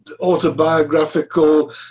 autobiographical